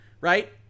right